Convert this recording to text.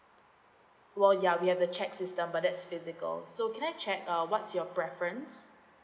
well ya we have a check system but that's physical so can I check uh what's your preference